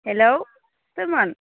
hello सोरमोन